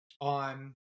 on